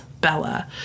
Bella